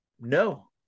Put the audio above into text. no